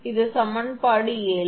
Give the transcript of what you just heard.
இது சமன்பாடு 7